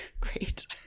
great